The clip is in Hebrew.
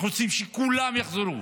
אנחנו צריכים שכולם יחזרו,